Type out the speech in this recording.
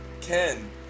Ken